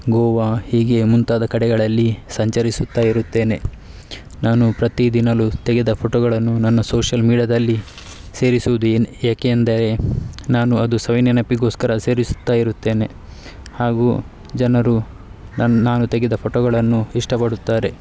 ಗೋವಾ ಹೀಗೆ ಮುಂತಾದ ಕಡೆಗಳಲ್ಲಿ ಸಂಚರಿಸುತ್ತಾ ಇರುತ್ತೇನೆ ನಾನು ಪ್ರತಿ ದಿನಾಲೂ ತೆಗೆದ ಫೊಟೊಗಳನ್ನು ನನ್ನ ಸೋಶ್ಯಲ್ ಮೀಡ್ಯಾದಲ್ಲಿ ಸೇರಿಸುವುದು ಏನು ಏಕೆಂದರೆ ನಾನು ಅದು ಸವಿನೆನಪಿಗೋಸ್ಕರ ಸೇರಿಸುತ್ತಾ ಇರುತ್ತೇನೆ ಹಾಗೂ ಜನರು ನನ್ನ ನಾನು ತೆಗೆದ ಫೊಟೊಗಳನ್ನು ಇಷ್ಟಪಡುತ್ತಾರೆ